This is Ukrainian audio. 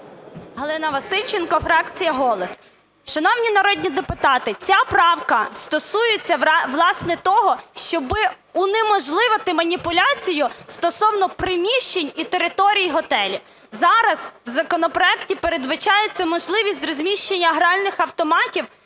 Галина Васильченко, фракція "Голос". Шановні народні депутати, ця правка стосується, власне, того, щоби унеможливити маніпуляцію стосовно приміщень і територій готелів. Зараз у законопроекті передбачається можливість розміщення гральних автоматів